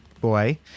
boy